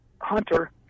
Hunter